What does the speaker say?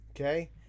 okay